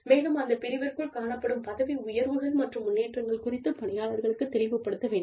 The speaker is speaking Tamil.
மேலும் அந்த பிரிவிற்குள் காணப்படும் பதவி உயர்வுகள் மற்றும் முன்னேற்றங்கள் குறித்து பணியாளர்களுக்குத் தெளிவுபடுத்த வேண்டும்